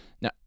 now